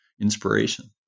inspiration